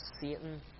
Satan